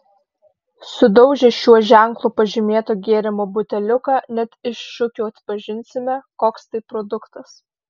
sudaužę šiuo ženklu pažymėto gėrimo buteliuką net iš šukių atpažinsime koks tai produktas